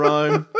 Rome